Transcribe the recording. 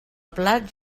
plat